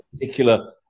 particular